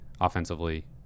offensively